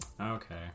Okay